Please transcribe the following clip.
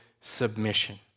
submission